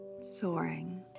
soaring